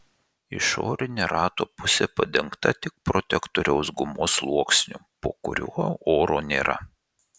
išorinė rato pusė padengta tik protektoriaus gumos sluoksniu po kuriuo oro nėra